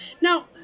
now